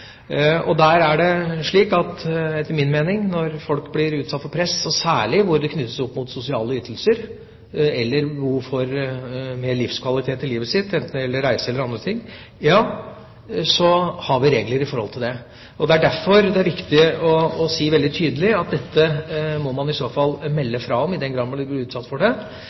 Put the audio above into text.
er slik at når folk blir utsatt for press, og særlig der det knyttes opp mot sosiale ytelser eller behov for mer livskvalitet i livet, enten det gjelder reise eller andre ting, har vi regler for det. Det er derfor det er viktig å si veldig tydelig at dette må man i så fall melde fra om, i den grad man blir utsatt for det,